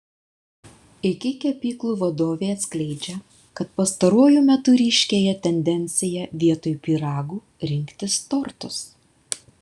iki kepyklų vadovė atskleidžia kad pastaruoju metu ryškėja tendencija vietoj pyragų rinktis tortus